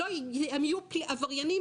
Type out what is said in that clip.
הם יהיו עבריינים,